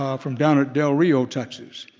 um from down at del rio, texas.